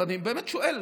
אני באמת שואל: